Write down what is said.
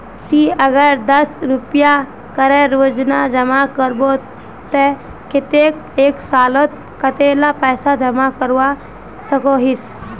ती अगर दस रुपया करे रोजाना जमा करबो ते कतेक एक सालोत कतेला पैसा जमा करवा सकोहिस?